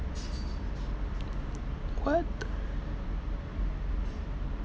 what